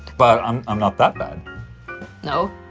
but um i'm not that bad no,